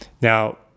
now